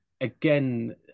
again